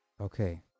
Okay